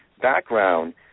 background